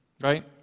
right